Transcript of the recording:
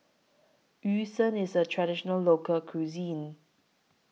Yu Sheng IS A Traditional Local Cuisine